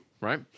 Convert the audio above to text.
right